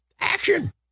action